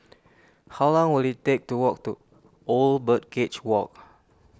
how long will it take to walk to Old Birdcage Walk